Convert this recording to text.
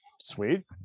Sweet